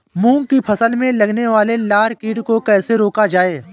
मूंग की फसल में लगने वाले लार कीट को कैसे रोका जाए?